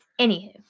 Anywho